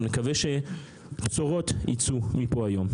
אני מקווה שבשורות יצאו מפה היום.